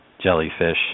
jellyfish